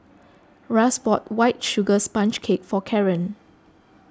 Russ bought White Sugar Sponge Cake for Karren